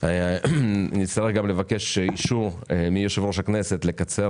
נצטרך לבקש אישור מיושב-ראש הכנסת לקצר